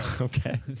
Okay